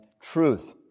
truth